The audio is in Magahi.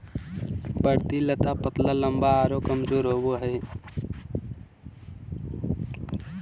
बढ़ती लता पतला लम्बा आरो कमजोर होबो हइ